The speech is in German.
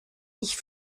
ich